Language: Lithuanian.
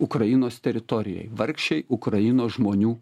ukrainos teritorijoj vargšei ukrainos žmonių